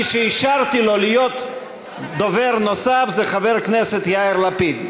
מי שאישרתי לו להיות דובר נוסף זה חבר כנסת יאיר לפיד.